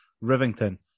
Rivington